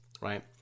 right